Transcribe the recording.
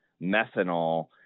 methanol